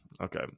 okay